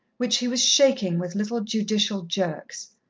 which he was shaking with little, judicial jerks.